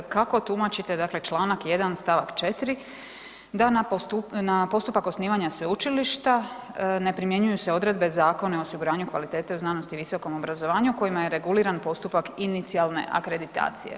Kako tumačite dakle čl. 1. st. 4 da na postupak osnivanja sveučilišta ne primjenjuju se odredbe Zakona o osiguranju kvalitete u znanosti i visokom obrazovanju kojima je reguliran postupak inicijalne akreditacije.